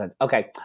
okay